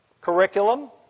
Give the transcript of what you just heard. curriculum